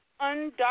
undocumented